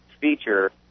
feature